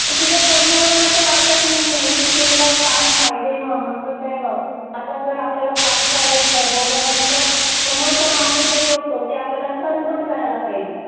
तुझ्या बोलण्यावरून असं वाटत नाही आहे की तुला काम पाहिजे म्हणून कसं आहे बघ आता जर आपल्याला काम करायचं आहे बोलल्यानंतर समोरचा माणूस जे बोलतो ते आपल्याला सहन पण करायला पाहिजे